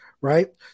right